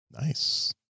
Nice